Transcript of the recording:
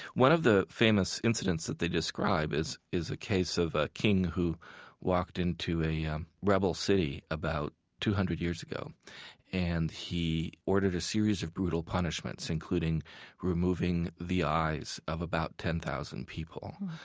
one of the famous incidents that they describe is is a case of a king who walked into a um rebel city about two hundred years ago and he ordered a series of brutal punishments, including removing the eyes of about ten thousand people.